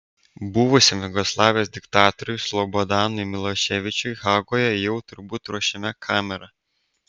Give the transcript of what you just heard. buvusiam jugoslavijos diktatoriui slobodanui miloševičiui hagoje jau turbūt ruošiama kamera